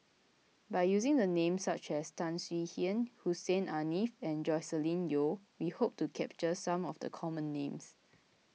by using the names such as Tan Swie Hian Hussein Haniff and Joscelin Yeo we hope to capture some of the common names